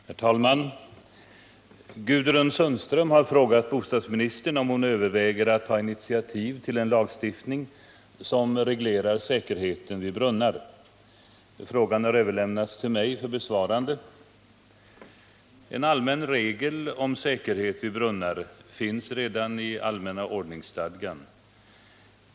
Herr talman! Gudrun Sundström har frågat bostadsministern om hon överväger att ta initiativ till en lagstiftning som reglerar säkerheten vid brunnar. Frågan har överlämnats till mig för besvarande. Nr 23 En allmän regel om säkerhet vid brunnar finns redan i allmänna Torsdagen den ordningsstadgan .